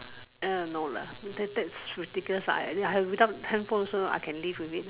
err no lah that's ridiculous lah without handphone I also can live with it